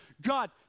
God